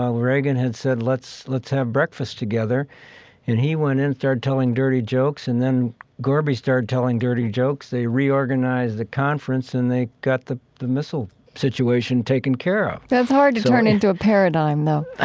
um reagan had said, let's let's have breakfast together and he went in, started telling dirty jokes, and then gorby started telling dirty jokes. they reorganized the conference and they got the the missile situation taken care of. so, that's hard to turn into a paradigm, though, ah